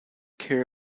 care